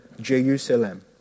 Jerusalem